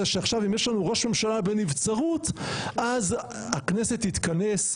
שעכשיו אם יש לנו ראש ממשלה בנבצרות אז הכנסת תתכנס,